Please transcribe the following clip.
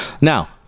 Now